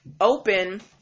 open